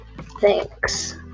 Thanks